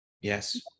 yes